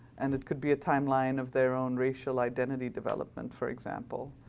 and it could be a timeline of their own racial identity development, for example.